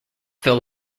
fill